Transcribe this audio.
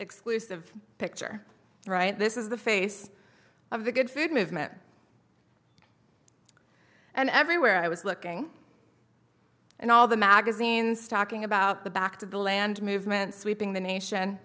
exclusive picture right this is the face of the good food movement and everywhere i was looking in all the magazines talking about the back to the land movement sweeping the nation